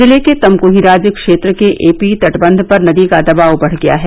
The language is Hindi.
जिले के तमक्हीराज क्षेत्र के एपी तटबच्च पर नदी का दबाव बढ़ गया है